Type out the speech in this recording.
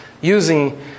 using